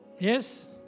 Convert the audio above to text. Yes